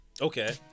Okay